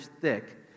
thick